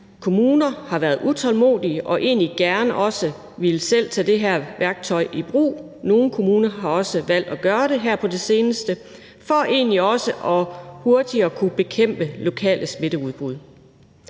faktisk har været utålmodige og egentlig gerne selv har villet tage det her værktøj i brug, og nogle kommuner har også valgt at gøre det her på det seneste – altså for hurtigere at kunne bekæmpe lokale smitteudbrud.